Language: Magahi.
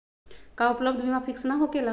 का उपलब्ध बीमा फिक्स न होकेला?